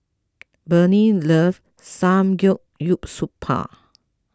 Brittney loves Samgeyopsal